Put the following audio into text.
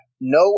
no